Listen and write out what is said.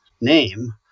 name